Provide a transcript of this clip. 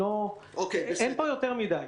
אין פה יותר מדי.